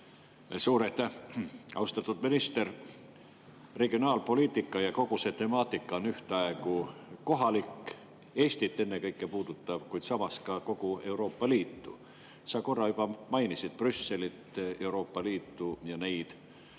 Suur aitäh! Austatud minister! Regionaalpoliitika ja kogu see temaatika on ühtaegu kohalik, ennekõike puudutab Eestit, kuid samas ka kogu Euroopa Liitu. Sa korra juba mainisid Brüsselit, Euroopa Liitu ja neid